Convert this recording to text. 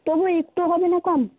তবু একটুও হবে না কম